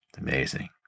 Amazing